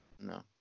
No